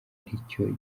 aricyo